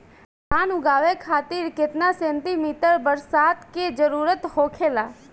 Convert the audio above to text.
धान उगावे खातिर केतना सेंटीमीटर बरसात के जरूरत होखेला?